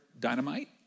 Dynamite